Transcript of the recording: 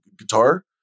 Guitar